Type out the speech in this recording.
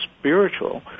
spiritual